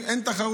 אין תחרות.